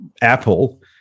Apple